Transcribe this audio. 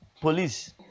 police